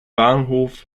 bahnhof